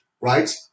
right